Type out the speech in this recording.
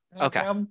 Okay